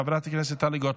חברת הכנסת טלי גוטליב.